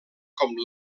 com